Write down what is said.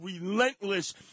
relentless